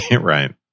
Right